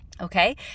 Okay